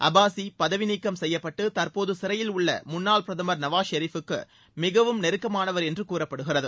அப்பாஸி பதவி நீக்கம் செய்யப்பட்டு தற்போது சிறையில் உள்ள முன்னாள் பிரதமர் நவாஸ் ஷெரீப்புக்கு மிகவும் நெருக்கமானவர் என்று கூறப்படுகிறது